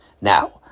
Now